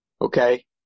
Okay